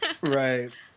Right